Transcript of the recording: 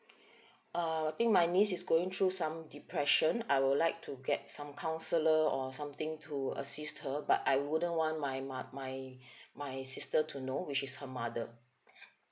uh I think my niece is going through some depression I would like to get some counsellor or something to assist her but I wouldn't want my my my my sister to know which is her mother